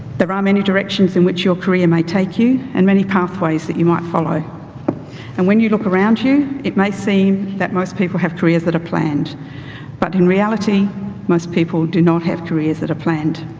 there are ah many directions in which your career may take you and many pathways that you might follow and when you look around you it may seem that most people have careers that are planned but in reality most people do not have careers that are planned.